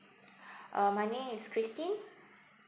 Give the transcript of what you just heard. uh my name is christine